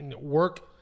work